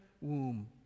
womb